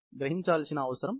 ఇవి గ్రహించాల్సిన అవసరం ఉంది